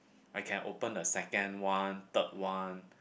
I can open a second one third one